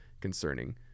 concerning